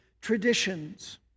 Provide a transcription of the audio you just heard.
traditions